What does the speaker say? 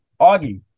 Augie